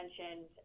mentioned